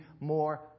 more